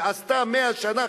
ועשתה 100 שנה,